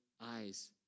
eyes